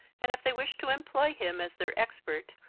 and if they wished to employ him as their expert,